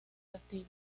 castillo